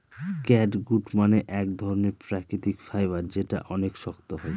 catgut মানে এক ধরনের প্রাকৃতিক ফাইবার যেটা অনেক শক্ত হয়